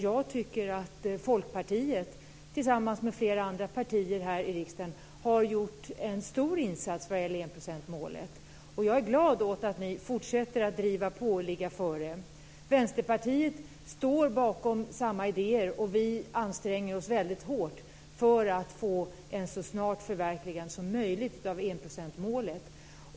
Jag tycker att Folkpartiet tillsammans med flera andra partier här i riksdagen har gjort en stor insats vad gäller enprocentsmålet. Jag är glad åt att ni fortsätter att driva på och ligga före. Vänsterpartiet står bakom samma idéer, och vi anstränger oss väldigt mycket för att få ett så snart förverkligande som möjligt av enprocentsmålet.